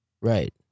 right